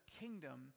kingdom